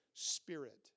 spirit